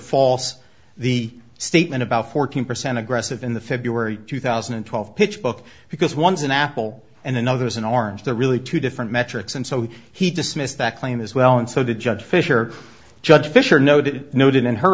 false the statement about fourteen percent aggressive in the february two thousand and twelve pitch book because once an apple and another is an orange there are really two different metrics and so he dismissed that claim as well and so the judge fisher judge fisher noted noted in her